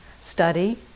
study